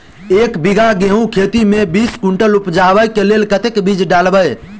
एक बीघा गेंहूँ खेती मे बीस कुनटल उपजाबै केँ लेल कतेक बीज डालबै?